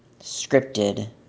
scripted